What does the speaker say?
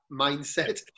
mindset